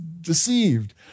deceived